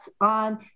on